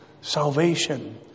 salvation